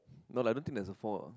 no lah I don't think there's a four